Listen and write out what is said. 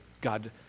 God